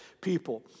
people